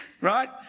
right